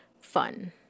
fun